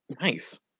Nice